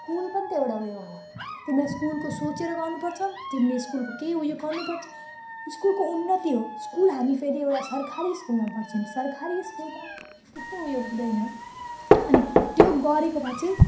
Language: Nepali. स्कुल पनि त एउटा उयो हो तिमीलाई स्कुलको सोचेर गर्नुपर्छ तिमीले स्कुलको केही उयो गर्नुपर्छ स्कुलको उन्नति हो स्कुल हामी फेरि एउटा सरकारी स्कुलमा पढ्छौँ सरकारी स्कुलमा त्यस्तो उयो हुँदैन अनि त्यो गरेको भए चाहिँ